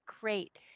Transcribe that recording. great